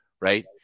right